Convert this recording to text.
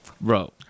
Bro